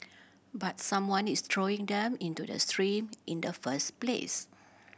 but someone is throwing them into the stream in the first place